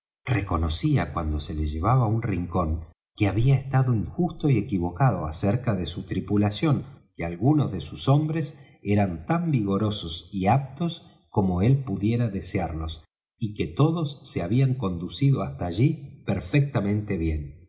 reconocía cuando se le llevaba á un rincón que había estado injusto y equivocado acerca de su tripulación que algunos de sus hombres eran tan vigorosos y aptos como él pudiera desearlos y que todos se habían conducido hasta allí perfectamente bien